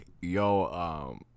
yo